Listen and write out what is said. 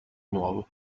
nuovo